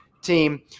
team